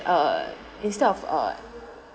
uh instead of uh